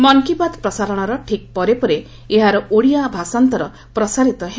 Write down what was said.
ମନ୍ କି ବାତ୍ ପ୍ରସାରଣର ଠିକ୍ ପରେ ପରେ ଏହାର ଓଡ଼ିଆ ଭାଷାନ୍ତର ପ୍ରସାରିତ ହେବ